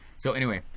so anyway,